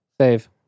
save